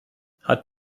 hat